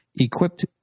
Equipped